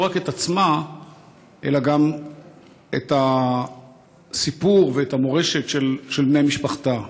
לא רק את עצמה אלא גם את הסיפור ואת המורשת של בני משפחתה.